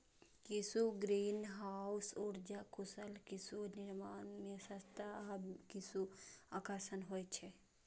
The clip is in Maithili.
किछु ग्रीनहाउस उर्जा कुशल, किछु निर्माण मे सस्ता आ किछु आकर्षक होइ छै